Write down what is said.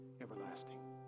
everlasting